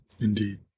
Indeed